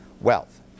wealth